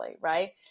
Right